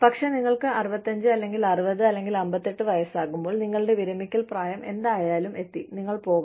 പക്ഷേ നിങ്ങൾക്ക് 65 അല്ലെങ്കിൽ 60 അല്ലെങ്കിൽ 58 വയസ്സാകുമ്പോൾ നിങ്ങളുടെ വിരമിക്കൽ പ്രായം എന്തായാലും നിങ്ങൾ പോകണം